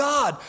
God